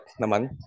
naman